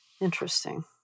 Interesting